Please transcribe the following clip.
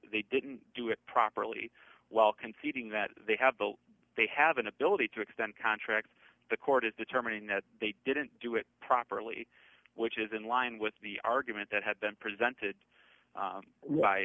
they didn't do it properly while conceding that they have the they have an ability to extend contracts the court is determining that they didn't do it properly which is in line with the argument that had been presented